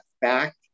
back